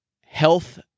health